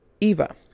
Eva